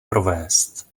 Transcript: provést